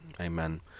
Amen